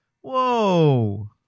Whoa